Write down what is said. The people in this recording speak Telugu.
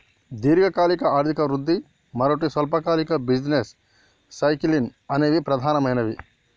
దీర్ఘకాలిక ఆర్థిక వృద్ధి, మరోటి స్వల్పకాలిక బిజినెస్ సైకిల్స్ అనేవి ప్రధానమైనవి